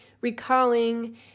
recalling